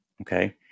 okay